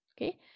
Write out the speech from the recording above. Okay